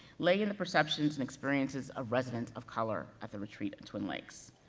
lay in the perceptions and experiences of residents of color at the retreat at twin lakes.